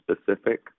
specific